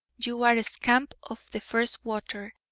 you are a scamp of the first water,